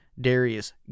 Darius